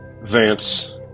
Vance